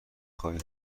خوای